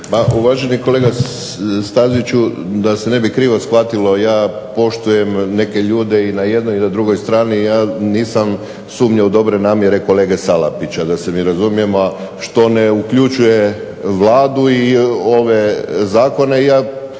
uvaženi kolega Staziću, da se ne bi krivo shvatilo, ja poštujem neke ljude i na jednoj i na drugoj strani, ja nisam sumnjao u dobre namjere kolege Salapića, da se mi razumijemo, što ne uključuje Vladu i ove zakone